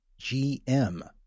GM